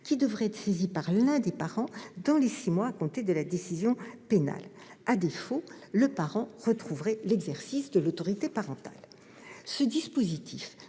qui devrait être saisi par l'un des parents dans les six mois à compter de la décision pénale. À défaut, le parent retrouverait l'exercice de l'autorité parentale.